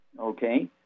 okay